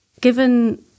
given